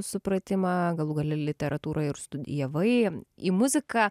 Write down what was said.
supratimą galų gale literatūrą ir studijavai į muziką